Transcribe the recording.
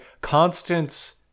Constance